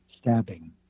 stabbing